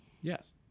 Yes